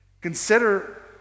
Consider